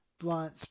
Blunt